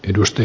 edusti